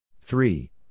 three